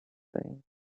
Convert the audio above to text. saying